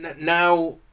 now